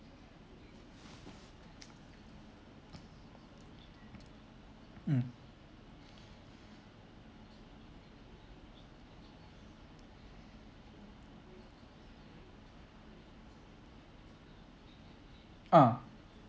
mm ah